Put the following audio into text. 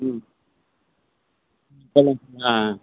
ம் சொல்லுங்கள் ஆ